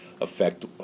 affect